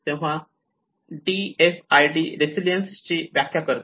तेव्हा DFID resilience ची व्याख्या करते